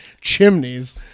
chimneys